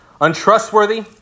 untrustworthy